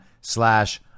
slash